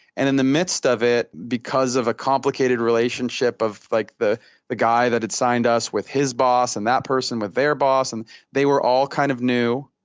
and in the midst of it, because of a complicated relationship of like the the guy that had signed us with his boss, and that person with their boss, and they were all kind of new.